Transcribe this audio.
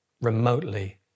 remotely